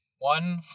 One